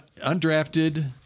undrafted